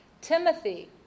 Timothy